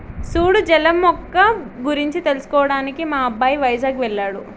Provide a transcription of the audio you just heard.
సూడు జల మొక్క గురించి తెలుసుకోవడానికి మా అబ్బాయి వైజాగ్ వెళ్ళాడు